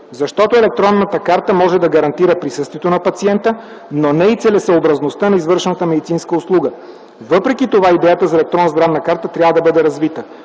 защото електронната карта може да гарантира присъствието на пациента, но не и целесъобразността на извършената медицинска услуга. Въпреки това идеята за електронна здравна карта трябва да бъде развита.